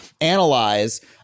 analyze